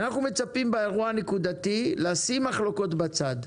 אנחנו מצפים באירוע הנקודתי לשים מחלוקות בצד,